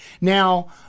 Now